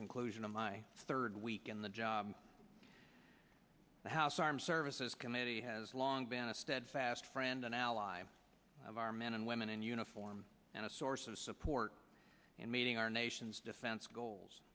conclusion of my third week in the job the house armed services committee has long been a steadfast friend an ally of our men and women in uniform and a source of support and meeting our nation's defense goals